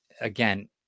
again